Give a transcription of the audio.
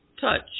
touch